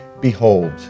behold